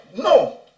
No